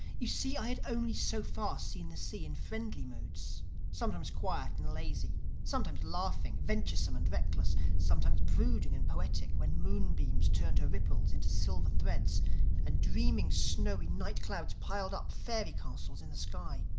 you see i had only so far seen the sea in friendly moods sometimes quiet and lazy sometimes laughing, venturesome and reckless sometimes brooding and poetic, when moonbeams turned her ripples into silver threads and dreaming snowy night-clouds piled up fairy-castles in the sky.